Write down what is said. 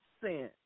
sin